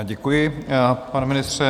Děkuji, pane ministře.